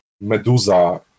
medusa